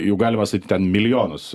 jų galima statyt ten milijonus